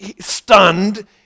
stunned